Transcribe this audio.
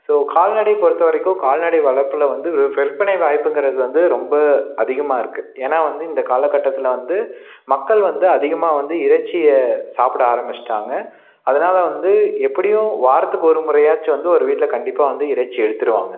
so கால்நடை பொறுத்தவரைக்கும் கால்நடை வளர்ப்பில் வந்து விற் விற்பனை வாய்ப்புங்கிறது வந்து ரொம்ப அதிகமாக இருக்குது ஏன்னா வந்து இந்த காலகட்டத்தில் வந்து மக்கள் வந்து அதிகமாக வந்து இறைச்சியை சாப்பிட ஆரம்மிச்சிட்டாங்க அதனால வந்து எப்படியும் வாரத்துக்கு ஒரு முறையாச்சும் வந்து ஒரு வீட்டில் கண்டிப்பாக வந்து இறைச்சி எடுத்துடுவாங்க